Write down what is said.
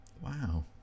wow